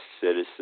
Citizen